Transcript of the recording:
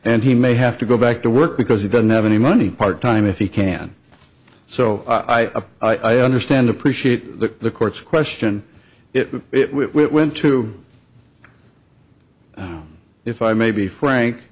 and he may have to go back to work because he doesn't have any money part time if he can so i am i understand appreciate the court's question it went to if i may be frank